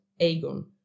Aegon